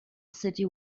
city